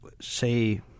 say